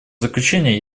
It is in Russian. заключение